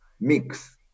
mix